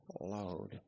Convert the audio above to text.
load